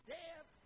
death